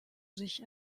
sich